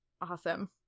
awesome